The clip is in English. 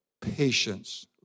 patience